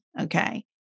okay